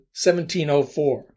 1704